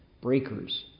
breakers